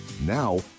Now